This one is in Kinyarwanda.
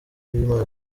y’imari